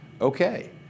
Okay